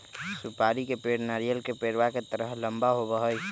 सुपारी के पेड़ नारियल के पेड़वा के तरह लंबा होबा हई